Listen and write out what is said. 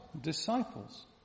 Disciples